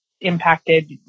impacted